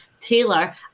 Taylor